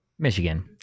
Michigan